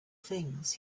things